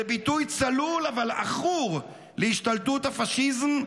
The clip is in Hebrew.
זה ביטוי צלול אבל עכור להשתלטות הפשיזם,